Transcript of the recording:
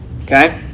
Okay